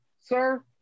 sir